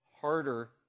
harder